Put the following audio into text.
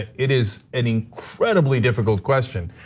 it is an incredibly difficult question,